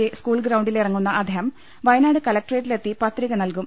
J school ഗ്രൌണ്ടിൽ ഇറങ്ങുന്ന അദ്ദേഹം വയനാട് കലക്ട്രേറ്റിലെത്തി പത്രിക നൽകും